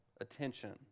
attention